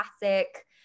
classic